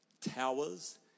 Towers